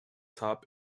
top